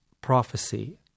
prophecy